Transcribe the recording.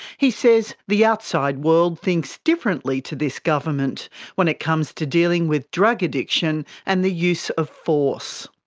he says the outside world thinks differently to this government when it comes to dealing with drug addiction and the use of force.